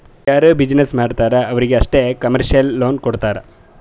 ಯಾರು ಬಿಸಿನ್ನೆಸ್ ಮಾಡ್ತಾರ್ ಅವ್ರಿಗ ಅಷ್ಟೇ ಕಮರ್ಶಿಯಲ್ ಲೋನ್ ಕೊಡ್ತಾರ್